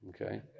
Okay